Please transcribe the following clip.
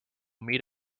meet